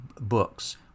books